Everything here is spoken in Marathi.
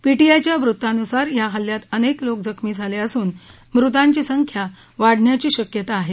पीटीआयच्या वृत्तानुसार या हल्ल्यात अनेक लोक जखमी झाले असून मृतांची संख्या वाढण्याची शक्यता आहे